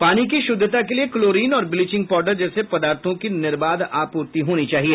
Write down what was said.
पानी की शुद्धता के लिए क्लोरीन और ब्लीचिंग पाउडर जैसे पदार्थो की निर्बाध आपूर्ति होनी चाहिए